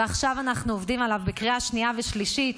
ועכשיו אנחנו עובדים עליו לקריאה שנייה ושלישית.